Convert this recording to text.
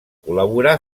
col·laborà